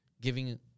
Giving